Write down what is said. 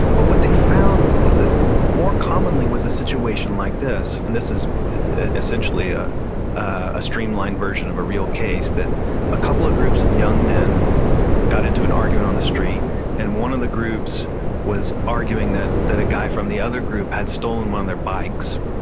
but what they found was it more commonly was a situation like this and this is essentially a a streamlined version of a real case that a couple of groups of young men got into an argument on the street and one of the groups was arguing that that a guy from the other group had stolen one of their bikes.